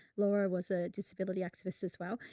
laura was a disability activist as well,